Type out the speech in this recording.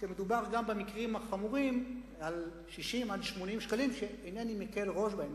כשמדובר גם במקרים החמורים על 60 80 שקלים שאינני מקל ראש בהם.